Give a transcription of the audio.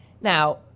Now